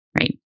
right